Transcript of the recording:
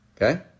okay